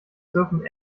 dürfen